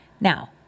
Now